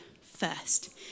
first